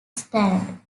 stand